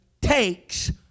takes